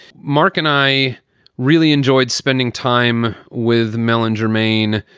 mark and i really enjoyed spending time with melanie germain,